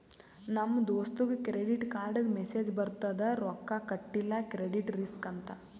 ನಮ್ ದೋಸ್ತಗ್ ಕ್ರೆಡಿಟ್ ಕಾರ್ಡ್ಗ ಮೆಸ್ಸೇಜ್ ಬರ್ತುದ್ ರೊಕ್ಕಾ ಕಟಿಲ್ಲ ಕ್ರೆಡಿಟ್ ರಿಸ್ಕ್ ಅಂತ್